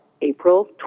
April